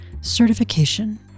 certification